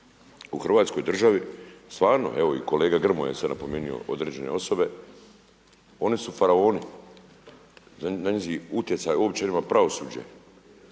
u Hrvatskoj državi, stvarno evo i kolega Grmoja je sada napomenuo određene osobe, oni su faraoni, njihov utjecaj uopće nema pravosuđe,